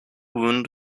wound